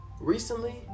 recently